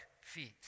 feet